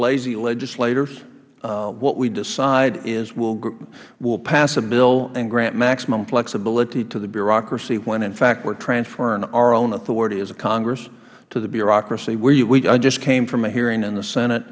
lazy legislators what we decide is we will pass a bill and grant maximum flexibility to the bureaucracy in fact we are transferring our own authority as congress to the bureaucracy i just came from a hearing in the senate